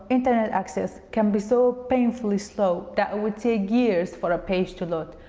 internet access can be so painfully slow that it would take years for a page to load.